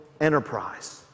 enterprise